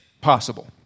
possible